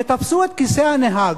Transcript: שתפסו את כיסא הנהג.